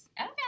Okay